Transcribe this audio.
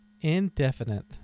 Indefinite